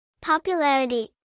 Popularity